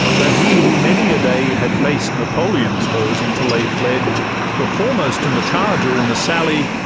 that he who many a day had faced napoleon's foes until they fled the foremost in the charge or in the sally,